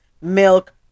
milk